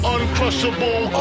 Uncrushable